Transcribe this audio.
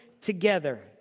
together